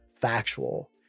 factual